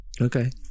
Okay